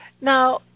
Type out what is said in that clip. Now